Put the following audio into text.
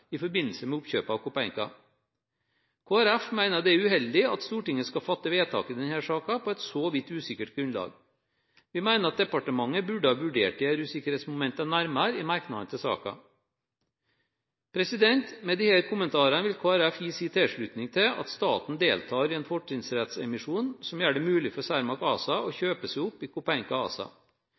i forbindelse med oppkjøpet av Copeinca. Kristelig Folkeparti mener det er uheldig at Stortinget skal fatte vedtak i denne saken på et så vidt usikkert grunnlag. Vi mener at departementet burde ha vurdert disse usikkerhetsmomentene nærmere i merknadene til saken. Med disse kommentarene vil Kristelig Folkeparti gi sin tilslutning til at staten deltar i en fortrinnsrettsemisjon som gjør det mulig for Cermaq ASA å kjøpe seg opp i